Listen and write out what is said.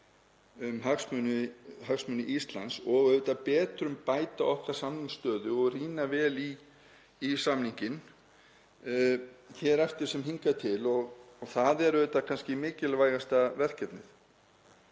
um hagsmuni Íslands og betrumbæta okkar samningsstöðu og rýna vel í samninginn hér eftir sem hingað til. Það er kannski mikilvægasta verkefnið.